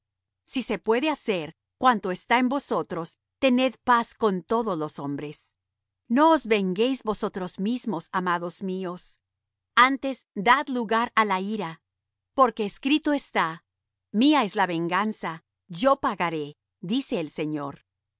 si se puede hacer cuanto está en vosotros tened paz con todos los hombres no os venguéis vosotros mismos amados míos antes dad lugar á la ira porque escrito está mía es la venganza yo pagaré dice el señor